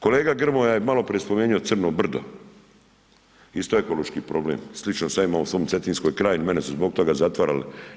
Kolega Grmoja je maloprije spomenuo crno brdo, isto ekološki problem, slično sam ja imao u svom cetinski kraj, mene su zbog toga zatvarali.